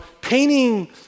painting